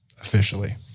officially